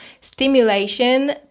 stimulation